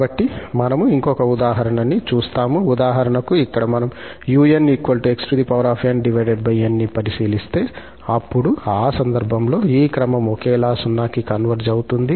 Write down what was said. కాబట్టి మనము ఇంకొక ఉదాహరణని చూస్తాము ఉదాహరణకు ఇక్కడ మనం 𝑢𝑛𝑥𝑛𝑛 ని పరిశీలిస్తే అప్పుడు ఆ సందర్భంలో ఈ క్రమం ఒకేలా 0 కి కన్వర్జ్ అవుతుంది